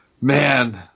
man